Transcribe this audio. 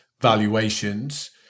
valuations